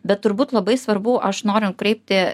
bet turbūt labai svarbu aš noriu kreipti